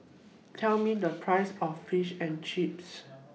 Tell Me The Price of Fish and Chips